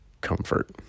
comfort